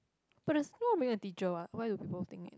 but there's more of being a teacher [what] why do people think it